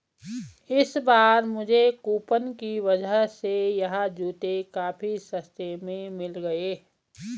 इस बार मुझे कूपन की वजह से यह जूते काफी सस्ते में मिल गए